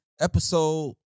episode